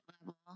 level